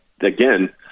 again